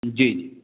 जी